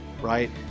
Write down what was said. right